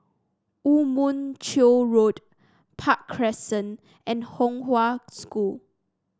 Woo Mon Chew Road Park Crescent and Kong Hwa School